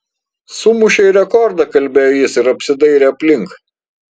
sumušei rekordą kalbėjo jis ir apsidairė aplink